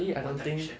one direction